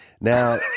Now